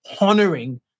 honoring